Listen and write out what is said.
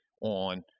on